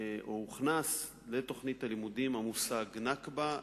הוכנס לתוכנית הלימודים המושג "נכבה",